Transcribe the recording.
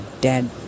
dead